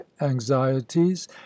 anxieties